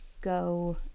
go